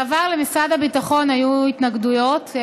בעבר למשרד הביטחון היו התנגדויות.